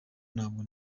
ntabwo